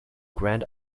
grand